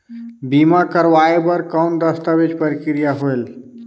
बीमा करवाय बार कौन दस्तावेज प्रक्रिया होएल?